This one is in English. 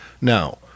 Now